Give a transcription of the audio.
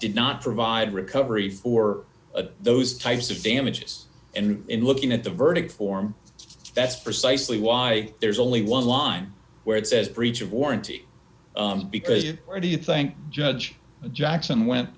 did not provide recovery for those types of damages and in looking at the verdict form that's precisely why there's only one line where it says breach of warranty because you or do you think judge jackson went